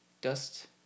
Dust